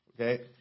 Okay